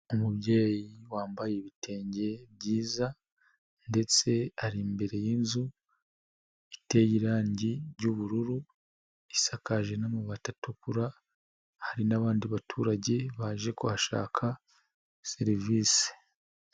Umubyeyi wambaye ibitenge byiza ndetse ari imbere y'inzu iteye irangi ry'ubururu, isakaje n'amabati atukura, hari n'abandi baturage baje kuhashaka serivisi.